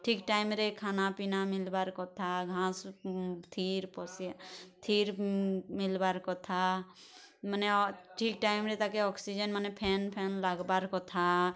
ଠିକ୍ ଟାଇମ୍ରେ ଖାନାପିନା ମିଲ୍ବାର୍ କଥା ଘାସ ଥିର୍ ଥିର୍ ମିଲ୍ବାର୍ କଥା ମାନେ ଠିକ୍ ଟାଇମ୍ରେ ତାକେ ଅକ୍ସିଜେନ୍ ମାନେ ଫ୍ୟାନ୍ ଫ୍ୟାନ୍ ଲାଗ୍ବାର୍ କଥା